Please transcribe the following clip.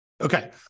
Okay